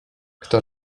kto